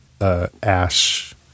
Ash